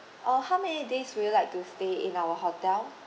uh how many days would you like to stay in our hotel